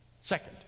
Second